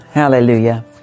Hallelujah